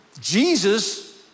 jesus